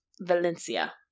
valencia